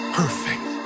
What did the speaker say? perfect